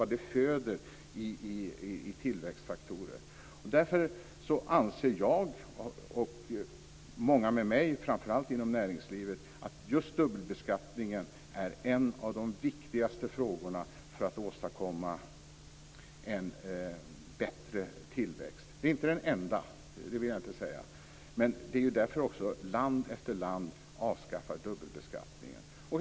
Det föder tillväxtfaktorer. Därför anser jag och många med mig, framför allt i näringslivet, att just dubbelbeskattningen är en av de viktigaste frågorna för att åstadkomma en bättre tillväxt. Det är inte den enda faktorn, det vill jag inte säga. Men det är därför land efter land avskaffar dubbelbeskattningen.